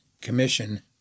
Commission